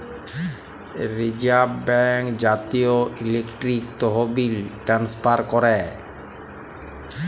reserve bank জাতীয় electronic তহবিল transfer ক্যরে